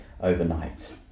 overnight